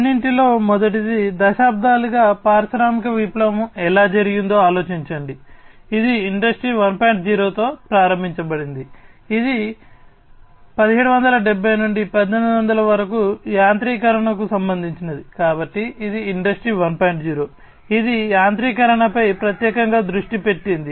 అన్నింటిలో మొదటిది దశాబ్దాలుగా పారిశ్రామిక విప్లవం ప్రత్యేకంగా దృష్టి పెట్టింది